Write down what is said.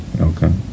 okay